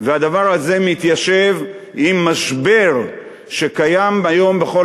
והדבר הזה מתיישב עם משבר שקיים היום בכל